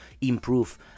improve